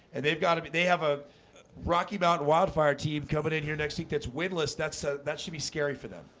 and they've got to be they have a rocky mountain wildfire team coming in here next week that's winless. that's that should be scary for them.